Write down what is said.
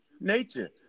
nature